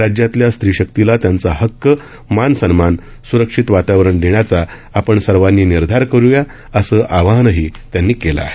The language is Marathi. राज्यातल्या स्त्रीशक्तीला त्यांचा हक्क मान सन्मान सुरक्षित वातावरण देण्याचा आपण सर्वानी निर्धार करूया असं आवाहनही त्यांनी केलं आहे